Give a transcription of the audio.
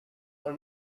are